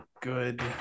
good